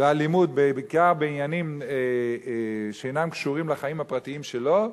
בעיקר בעניינים שאינם קשורים לחיים הפרטיים שלו,